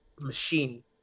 machine